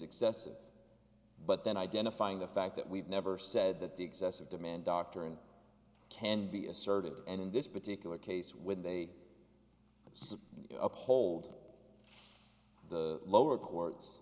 excessive but then identifying the fact that we've never said that the excessive demand doctrine can be asserted and in this particular case when they say uphold the lower court